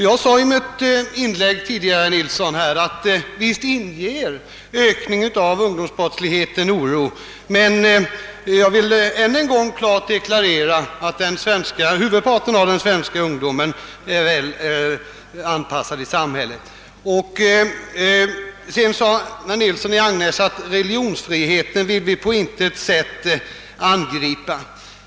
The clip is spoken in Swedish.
— Jag sade i mitt tidigare inlägg, herr Nilsson i Agnäs, att visst inger ökningen av ungdomsbrottsligheten oro. Men jag vill än en gång klart deklarera att huvudparten av den svenska ungdomen är väl anpassad i samhället. Herr Nilsson i Agnäs sade vidare att religionsfriheten vill vi på intet sätt angripa.